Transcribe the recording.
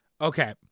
Okay